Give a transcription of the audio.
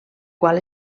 qual